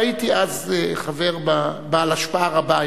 והייתי אז חבר בעל השפעה רבה,